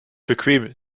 bequem